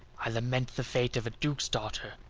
i lament the fate of a duke's daughter,